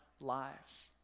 lives